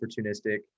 opportunistic